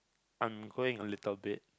I'm growing a little bit